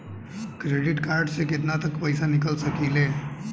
Credit card से केतना तक पइसा निकाल सकिले?